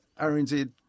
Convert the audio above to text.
RNZ